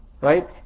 right